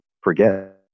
forget